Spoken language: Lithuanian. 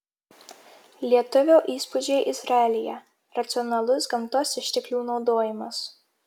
lietuvio įspūdžiai izraelyje racionalus gamtos išteklių naudojimas